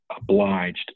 obliged